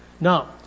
Now